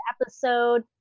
episode